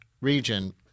region